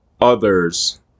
others